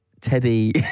Teddy